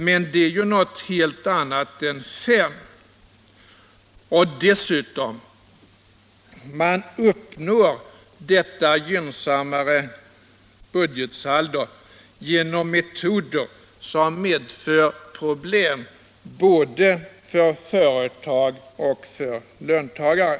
Men det är ju något helt annat än 5 miljarder, och dessutom uppnår man detta gynnsammare budgetsaldo genom metoder som medför problem både för företag och för löntagare.